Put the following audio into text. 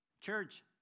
Church